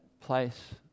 place